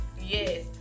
yes